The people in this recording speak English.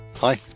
Hi